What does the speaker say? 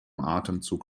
atemzug